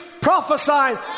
Prophesied